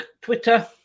Twitter